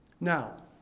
Now